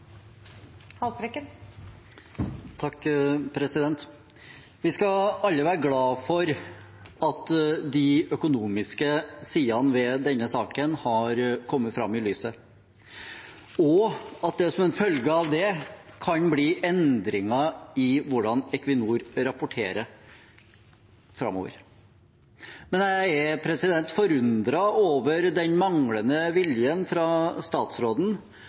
Vi skal alle være glade for at de økonomiske sidene ved denne saken har kommet fram i lyset, og at det som en følge av det kan bli endringer i hvordan Equinor rapporterer framover. Men jeg er forundret over den manglende viljen fra statsråden